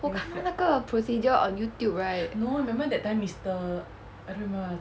我看那个 procedure on youtube right